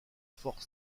fort